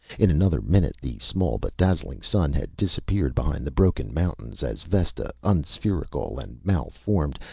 in another minute the small but dazzling sun had disappeared behind the broken mountains, as vesta, unspherical and malformed,